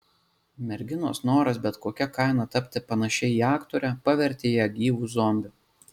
merginos noras bet kokia kaina tapti panašia į aktorę pavertė ją gyvu zombiu